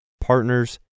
partners